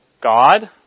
God